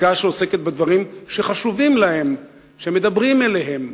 חקיקה שעוסקת בדברים שחשובים להם, שמדברים אליהם,